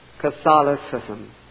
Catholicism